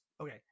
okay